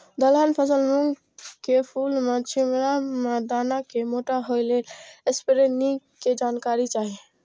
दलहन फसल मूँग के फुल में छिमरा में दाना के मोटा होय लेल स्प्रै निक के जानकारी चाही?